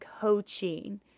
coaching